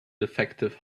defective